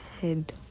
head